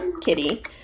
Kitty